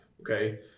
okay